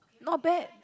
not bad